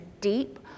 deep